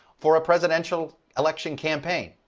for a presidential election campaign.